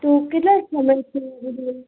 તો કેટલો સમય છે હજુ